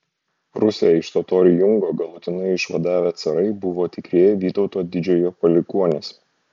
rusią iš totorių jungo galutinai išvadavę carai buvo tikrieji vytauto didžiojo palikuonys